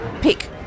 pick